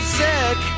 sick